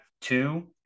Two